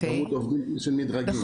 של כמות עובדים של מדרגים.